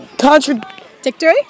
Contradictory